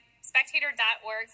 Spectator.org